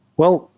well,